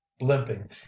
limping